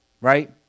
right